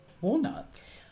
walnuts